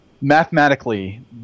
Mathematically